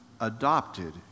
adopted